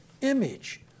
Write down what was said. image